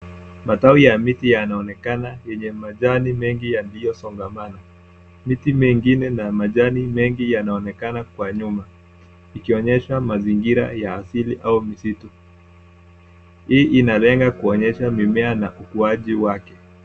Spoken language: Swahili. Matawi ya miti yanaonekana yenye majani mengi yaliyosongamana. Miti mengine na majani mengi yanaonekana kwa nyuma ikionyesha mazingira ya asili au misitu. Hii inalenga kuonyesha mimea na ukuaji wake.